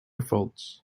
faults